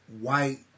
white